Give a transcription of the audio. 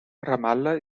ramallah